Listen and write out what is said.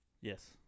yes